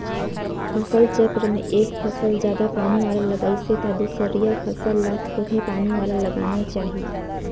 फसल चक्र में एक फसल जादा पानी वाला लगाइसे त दूसरइया फसल ल थोरहें पानी वाला लगाना चाही